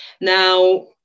Now